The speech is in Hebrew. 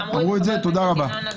אמרו את זה קודם.